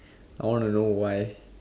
I want to know why